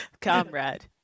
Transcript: Comrade